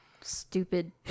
stupid